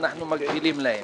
שאנחנו מקבילים להם.